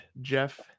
Jeff